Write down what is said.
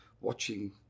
watching